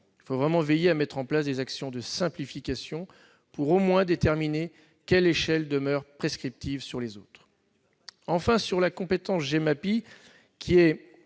Il faut vraiment veiller à mettre en place des actions de simplification pour, au moins, déterminer quelle échelle demeure prescriptive sur les autres. Troisième observation : la compétence Gemapi, qui est